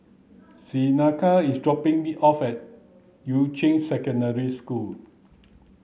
Seneca is dropping me off at Yuan Ching Secondary School